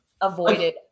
avoided